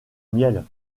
miel